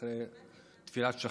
את זה